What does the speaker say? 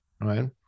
Right